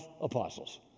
apostles